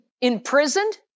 imprisoned